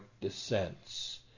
descents